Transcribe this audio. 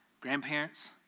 grandparents